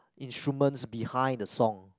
instruments behind the song